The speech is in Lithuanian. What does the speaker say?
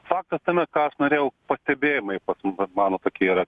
faktas tame ką aš norėjau pastebėjimai pas vat mano tokie yra